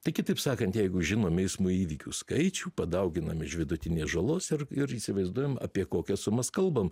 tai kitaip sakant jeigu žinom eismo įvykių skaičių padauginam iš vidutinės žalos ir ir įsivaizduojam apie kokias sumas kalbam